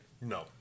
No